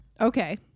okay